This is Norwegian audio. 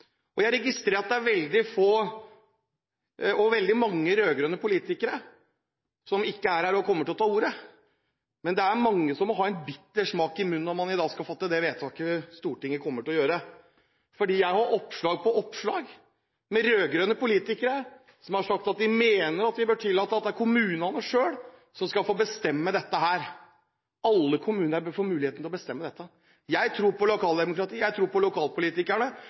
Jeg registrerer at det er veldig mange rød-grønne politikere som ikke til stede er her, eller som ikke kommer til å ta ordet, men det er mange som må ha en bitter smak i munnen når man i dag skal fatte det vedtaket Stortinget kommer til å fatte. Jeg har oppslag på oppslag med rød-grønne politikere som har sagt at de mener at vi bør tillate at det er kommunene selv som skal få bestemme dette. Alle kommuner bør få muligheten til å bestemme dette. Jeg tror på lokaldemokratiet, jeg tror på lokalpolitikerne,